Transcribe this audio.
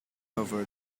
over